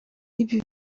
ibi